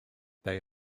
they